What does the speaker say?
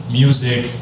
music